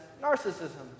narcissism